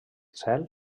cel